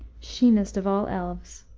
sheenest of all elves,